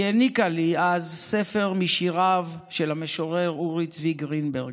היא העניקה לי אז ספר משיריו של המשורר אורי צבי גרינברג,